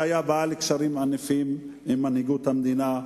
שהיה בעל קשרים ענפים עם מנהיגות המדינה,